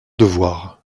devoir